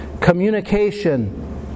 communication